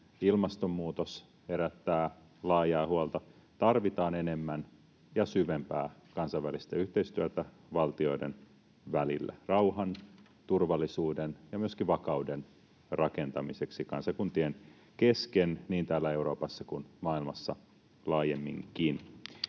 ilmastonmuutos herättää laajaa huolta, tarvitaan enemmän ja syvempää kansainvälistä yhteistyötä valtioiden välillä rauhan, turvallisuuden ja myöskin vakauden rakentamiseksi kansakuntien kesken niin täällä Euroopassa kuin maailmassa laajemminkin.